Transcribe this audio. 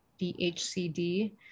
DHCD